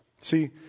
See